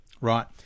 right